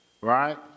right